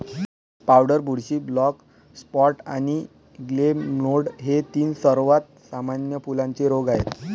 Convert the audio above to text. powder बुरशी, black spot आणि grey mould हे तीन सर्वात सामान्य फुलांचे रोग आहेत